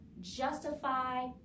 justify